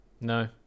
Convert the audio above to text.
No